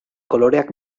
koloreak